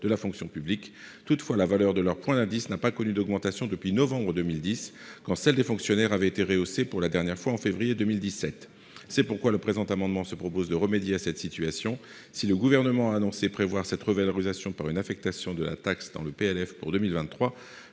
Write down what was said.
de la fonction publique. Toutefois, la valeur de leur point d'indice n'a pas connu d'augmentation depuis novembre 2010, quand celle des fonctionnaires avait été rehaussée pour la dernière fois en février 2017. Le présent amendement vise à remédier à cette situation. Si le Gouvernement a annoncé prévoir cette revalorisation par une affectation de taxe dans le PLF pour 2023,